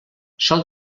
sol